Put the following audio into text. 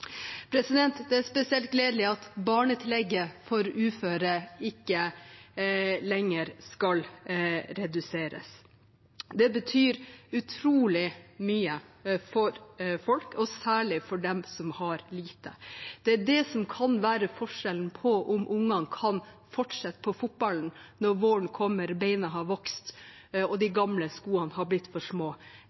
Det er spesielt gledelig at barnetillegget for uføre ikke lenger skal reduseres. Det betyr utrolig mye for folk, særlig for dem som har lite. Det kan være forskjellen på om ungene kan fortsette på fotballen når våren kommer og beina har vokst og de gamle skoene har blitt for små,